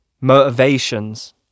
motivations